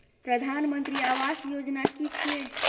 प्रधानमंत्री आवास योजना कि छिए?